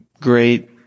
great